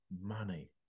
money